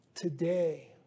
Today